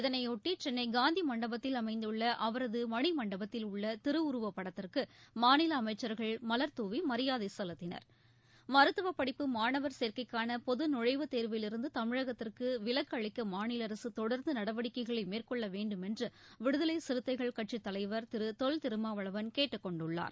இதனையொட்டி சென்னை காந்தி மண்டபத்தில் அமைந்துள்ள அவரது மணிமண்டபத்தில் உள்ள திருவுருவப் படத்திற்கு மாநில அமைச்சர்கள் மலர்தூவி மரியாதை செலுத்தினர் மருத்துவப் படிப்பு மாணவர் சேர்க்கைக்கான பொது நுழைவுத் தேர்விலிருந்து தமிழகத்திற்கு விலக்கு அளிக்க மாநில அரசு தொடர்ந்து நடவடிக்கைகளை மேற்கொள்ள வேண்டும் என்று விடுதலை சிறுத்தைகள் கட்சித் தலைவர் திரு தொல் திருமாவளவன் கேட்டுக் கொண்டுள்ளார்